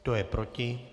Kdo je proti?